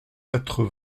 quatre